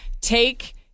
take